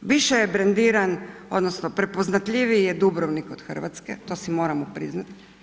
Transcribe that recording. više je brendiran, odnosno prepoznatljiviji je Dubrovnik od Hrvatske, to si moramo priznati.